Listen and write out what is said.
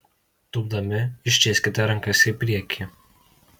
tūpdami ištieskite rankas į priekį